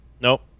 Nope